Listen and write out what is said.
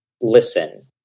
listen